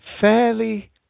fairly